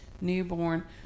newborn